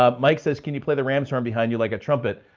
um mike says, can you play the rams' horn behind you like a trumpet?